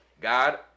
god